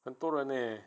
很多人 leh